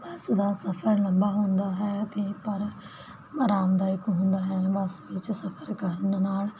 ਬੱਸ ਦਾ ਸਫ਼ਰ ਲੰਬਾ ਹੁੰਦਾ ਹੈ ਅਤੇ ਪਰ ਆਰਾਮਦਾਇਕ ਹੁੰਦਾ ਹੈ ਬੱਸ ਵਿਚ ਸਫ਼ਰ ਕਰਨ ਨਾਲ